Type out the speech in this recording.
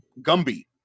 Gumby